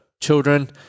children